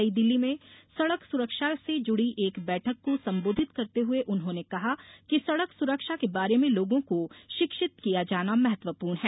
नई दिल्ली में सड़क सुरक्षा से जुड़ी एक बैठक को संबोधित करते हुए उन्होंने कहा कि सड़क सुरक्षा के बारे में लोगों को शिक्षित किया जाना महत्वपूर्ण है